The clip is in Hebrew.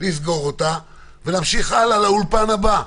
לסגור אותה ולהמשיך האלה לאולפן הבא.